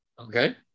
okay